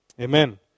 Amen